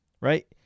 right